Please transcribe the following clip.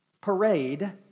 parade